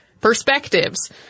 Perspectives